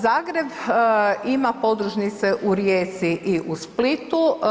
Zagreb ima podružnice u Rijeci i u Splitu.